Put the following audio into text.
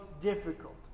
difficult